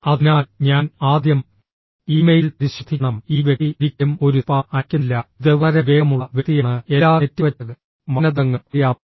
അതിനാൽ ഞാൻ ആദ്യം ഈ മെയിൽ പരിശോധിക്കണം ഈ വ്യക്തി ഒരിക്കലും ഒരു സ്പാം അയയ്ക്കുന്നില്ല ഇത് വളരെ വിവേകമുള്ള വ്യക്തിയാണ് എല്ലാ നെറ്റിക്വറ്റ് മാനദണ്ഡങ്ങളും അറിയാം